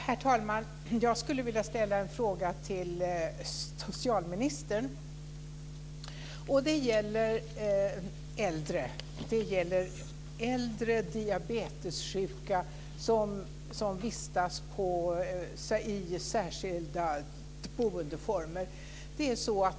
Herr talman! Jag skulle vilja ställa en fråga till socialministern. Den gäller äldre diabetessjuka som vistas i särskilda boendeformer.